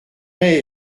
numéros